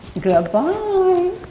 Goodbye